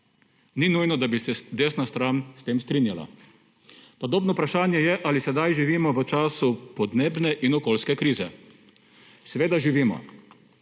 ni nujno, da bi se desna stran s tem strinjala. Podobno vprašanje je, ali sedaj živimo v času podnebne in okoljske krize. Seveda živimo.